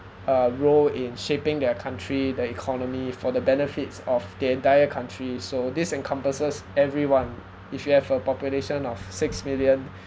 uh role in shaping their country the economy for the benefits of the entire country so this encompasses everyone if you have a population of six million